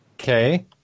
Okay